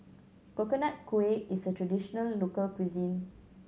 Coconut Kuih is a traditional local cuisine